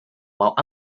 while